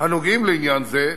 הנוגעים לעניין זה,